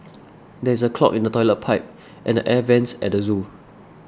there is a clog in the Toilet Pipe and the Air Vents at the zoo